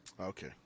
okay